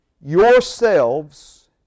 yourselves